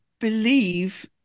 believe